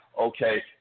okay